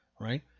Right